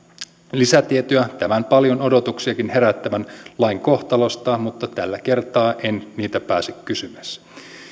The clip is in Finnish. lisätietoja tämän paljon odotuksiakin herättävän lain kohtalosta mutta tällä kertaa en niitä pääse kysymään